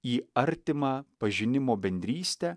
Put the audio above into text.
į artimą pažinimo bendrystę